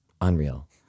unreal